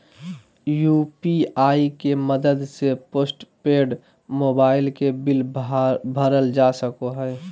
UPI के मदद से पोस्टपेड मोबाइल के बिल भरल जा सको हय